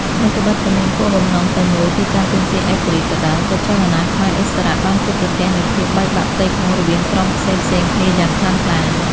ថ្វីដ្បិតតែមានគោលបំណងតែមួយគឺការទាមទារឯករាជ្យក៏ដោយ ក៏ចលនាខ្មែរឥស្សរៈបានជួបប្រទះនូវភាពបែកបាក់ផ្ទៃក្នុងរវាងក្រុមផ្សេងៗគ្នាយ៉ាងខ្លាំងក្លា។